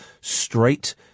straight